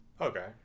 Okay